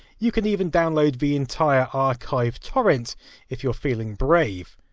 you can even download the entire archive torrent if you're feeling brave.